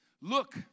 Look